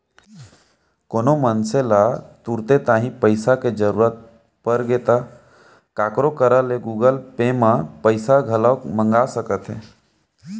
कोनो मनसे ल तुरते तांही पइसा के जरूरत परगे ता काखरो करा ले गुगल पे म पइसा घलौक मंगा सकत हे